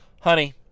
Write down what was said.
honey